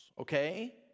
okay